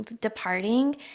departing